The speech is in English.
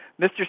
Mr